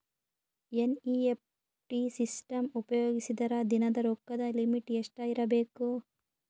NEFT system ಉಪಯೋಗಿಸಿದರ ದಿನದ ರೊಕ್ಕದ ಲಿಮಿಟ್ ಎಷ್ಟ ಇರಬೇಕು?